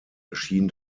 erschien